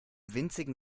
winzigen